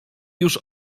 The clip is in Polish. już